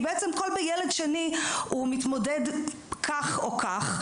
כי בעצם כל ילד שני הוא מתמודד כך או כך,